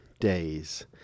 days